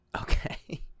Okay